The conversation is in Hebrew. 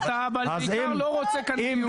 אבל אתה בעיקר לא רוצה כאן דיון.